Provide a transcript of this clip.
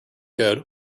code